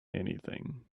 anything